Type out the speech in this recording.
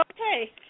okay